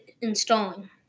installing